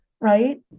right